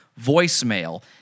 voicemail